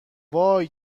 وای